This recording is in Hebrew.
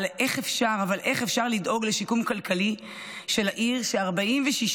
אבל איך אפשר לדאוג לשיקום כלכלי של העיר כש-46%